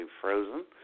frozen